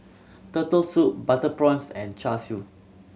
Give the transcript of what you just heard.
Turtle Soup butter prawns and Char Siu